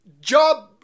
job